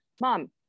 mom